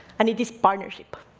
and it is partnership.